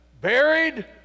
Buried